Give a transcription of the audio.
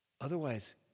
Otherwise